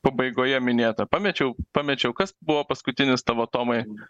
pabaigoje minėta pamečiau pamečiau kas buvo paskutinis tavo tomai